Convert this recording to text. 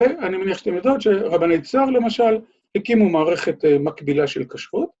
ואני מניח שאתם יודעות שרבני צהר למשל הקימו מערכת מקבילה של כשרות.